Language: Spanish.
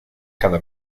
cada